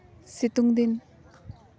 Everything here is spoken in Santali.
ᱥᱤᱛᱩᱝ ᱫᱤᱱ